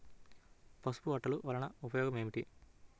పసుపు అట్టలు వలన ఉపయోగం ఏమిటి?